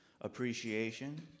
appreciation